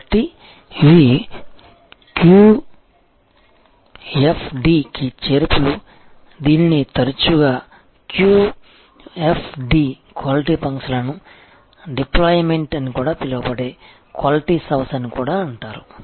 కాబట్టి ఇవి QFD కి చేర్పులు దీనిని తరచుగా QFD క్వాలిటీ ఫంక్షన్ డిప్లాయిమెంట్ అని కూడా పిలువబడే క్వాలిటీస్ హౌస్ అని కూడా అంటారు